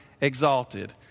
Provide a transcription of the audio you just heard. exalted